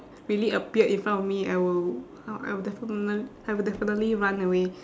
really appear in front of me I will I'll I will defini~ I will definitely run away